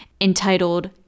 entitled